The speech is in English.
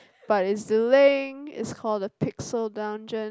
but it's delaying it's called the Pixar dungeon